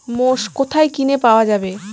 মোষ কোথায় কিনে পাওয়া যাবে?